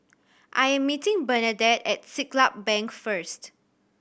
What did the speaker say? I am meeting Bernadette at Siglap Bank first